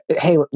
hey